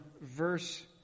verse